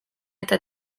eta